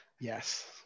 Yes